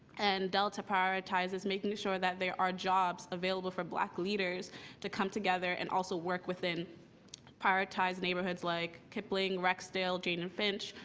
and delta prioritizes making sure that there are jobs available for black leaders owe come together and also work within prioritized neighborhoods like kip ling, rexdale, jane and finch.